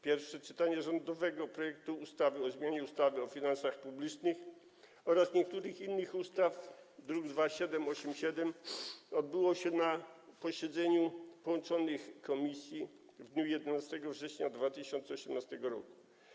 Pierwsze czytanie rządowego projektu ustawy o zmianie ustawy o finansach publicznych oraz niektórych innych ustaw, druk nr 2787, odbyło się na posiedzeniu połączonych komisji w dniu 11 września 2018 r.